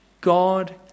God